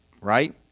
right